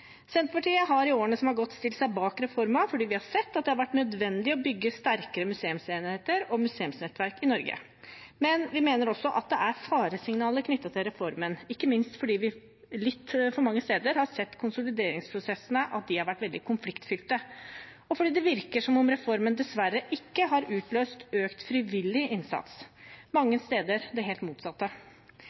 Senterpartiet har i årene som har gått, stilt seg bak reformen, for vi har sett at det har vært nødvendig å bygge sterkere museumsenheter og museumsnettverk i Norge. Men vi mener også at det er faresignaler knyttet til reformen, ikke minst fordi vi litt for mange steder har sett at konsolideringsprosessene har vært veldig konfliktfylte, og fordi det virker som om reformen dessverre ikke har utløst økt frivillig innsats – mange steder det helt motsatte.